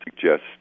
suggest